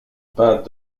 pas